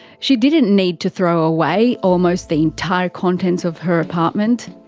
she didn't need to throw away almost the entire contents of her apartment.